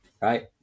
right